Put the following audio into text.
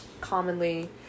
commonly